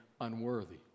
unworthy